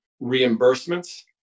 reimbursements